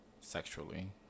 sexually